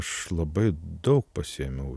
aš labai daug pasiėmiau